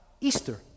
Easter